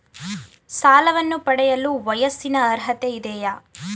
ಸಾಲವನ್ನು ಪಡೆಯಲು ವಯಸ್ಸಿನ ಅರ್ಹತೆ ಇದೆಯಾ?